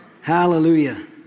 Hallelujah